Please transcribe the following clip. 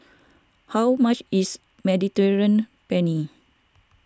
how much is Mediterranean Penne